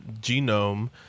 genome